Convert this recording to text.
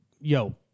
yo